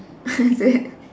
is it